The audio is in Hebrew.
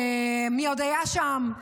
מי עוד היה שם?